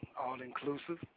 all-inclusive